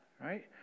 right